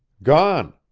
gone.